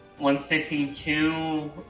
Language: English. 152